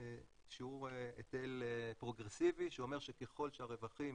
שיעור היטל פרוגרסיבי שאומר שככל שהרווחים